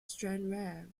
stranraer